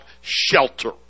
shelter